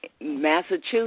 Massachusetts